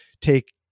take